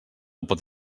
pot